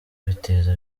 biteza